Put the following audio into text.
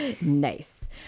Nice